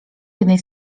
jednej